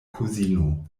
kuzino